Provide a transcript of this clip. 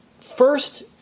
first